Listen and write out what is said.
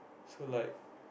so like